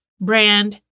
brand